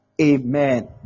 Amen